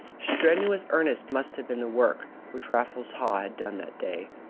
strenuously earnest must have been the work which raffles haw had done that day.